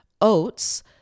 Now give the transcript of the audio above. oats